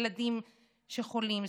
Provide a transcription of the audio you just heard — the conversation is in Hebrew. ילדים שחולים,